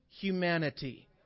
humanity